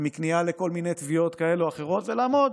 מכניעה לכל מיני תביעות כאלה או אחרות, ולעמוד